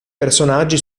personaggi